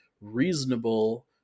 reasonable